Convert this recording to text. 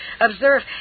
Observe